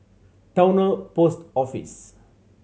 Towner Post Office